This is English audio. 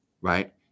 Right